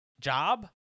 job